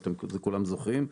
ואת זה כולם זוכרים.